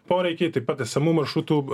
poreikiai taip pat esamų maršrutų